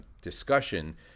discussion